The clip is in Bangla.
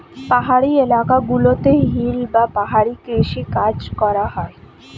পাহাড়ি এলাকা গুলোতে হিল বা পাহাড়ি কৃষি কাজ করা হয়